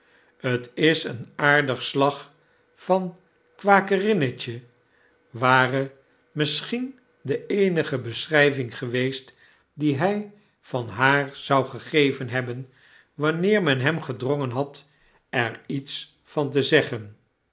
denken tis een aardig slag van een kwakerinnetje ware misschien de eenige beschrijving ge'weest die hy van haar zou gegeven hebben wanneer men hem gedrongen had er iets van te zeggen